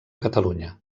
catalunya